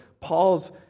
Paul's